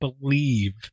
believe